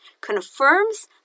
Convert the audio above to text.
confirms